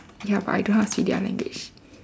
yup but I don't know how to speak their language